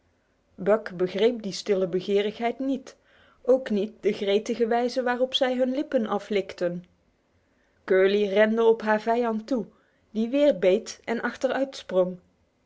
buck begreep die stille begerigheid niet ook niet de gretige wijze waarop zij hun lippen aflikten curly rende op haar vijand toe die weer beet en